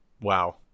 wow